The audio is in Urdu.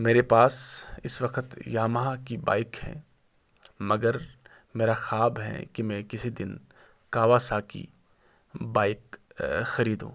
میرے پاس اس وقت یامہا کی بائک ہے مگر میرا خواب ہے کہ میں کسی دن کاواساکی بائک خریدوں